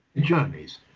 journeys